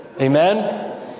Amen